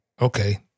Okay